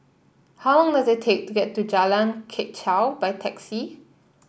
how long does it take to get to Jalan Kechil by taxi